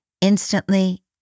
Instantly